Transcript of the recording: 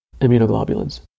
immunoglobulins